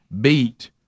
beat